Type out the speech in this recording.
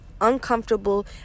uncomfortable